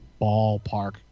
ballpark